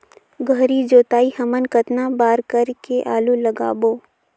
गहरी जोताई हमन कतना बार कर के आलू लगाबो?